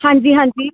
ਹਾਂਜੀ ਹਾਂਜੀ